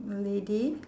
a lady